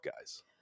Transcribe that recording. guys